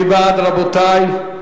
מי בעד, רבותי?